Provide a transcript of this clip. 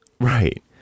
right